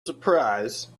surprise